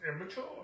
immature